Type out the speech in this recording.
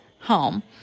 home